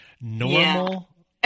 normal